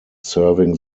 serving